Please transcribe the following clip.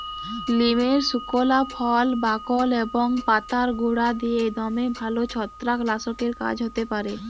লিমের সুকলা ফল, বাকল এবং পাতার গুঁড়া দিঁয়ে দমে ভাল ছত্রাক লাসকের কাজ হ্যতে পারে